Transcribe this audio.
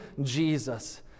Jesus